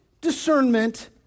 discernment